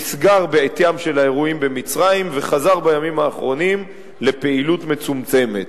נסגר בעטיים של האירועים במצרים וחזר בימים האחרונים לפעילות מצומצמת.